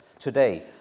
today